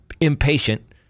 impatient